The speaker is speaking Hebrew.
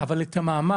אבל את המעמד,